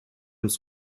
his